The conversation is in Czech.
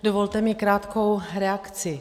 Dovolte mi krátkou reakci.